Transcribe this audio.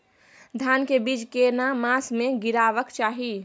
धान के बीज केना मास में गीरावक चाही?